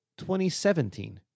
2017